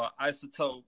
isotope